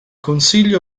consiglio